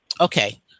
Okay